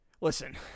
listen